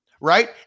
right